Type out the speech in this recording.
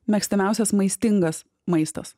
mėgstamiausias maistingas maistas